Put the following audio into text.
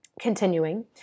Continuing